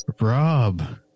Rob